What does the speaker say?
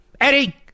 Eddie